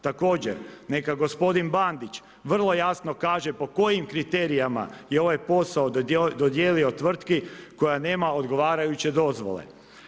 Također neka gospodin Bandić vrlo jasno kaže po kojim kriterijima je ovaj posao dodijelio tvrtki koja nema odgovarajuće dozvole.